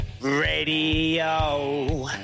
radio